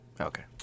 Okay